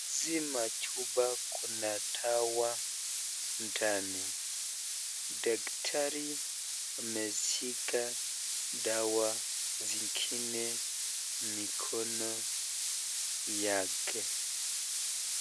Hizi machupa kuna dawa ndani. Daktari ameshika dawa zingine mikono yake.